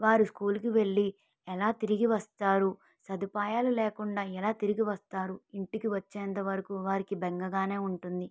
వారు స్కూల్కి వెళ్ళి ఎలా తిరిగి వస్తారు సదుపాయాలు లేకుండా ఎలా తిరిగి వస్తారు ఇంటికి వచ్చేంతవరకు వారికి బెంగగా ఉంటుంది